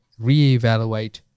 reevaluate